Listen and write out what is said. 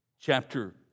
chapter